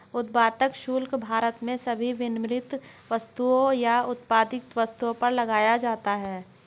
उत्पाद शुल्क भारत में सभी विनिर्मित वस्तुओं या उत्पादित वस्तुओं पर लगाया जाता है